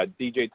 DJ